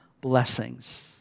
blessings